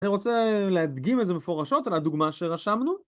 אני רוצה להדגים את זה מפורשות על הדוגמה שרשמנו.